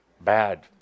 bad